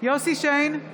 יוסף שיין,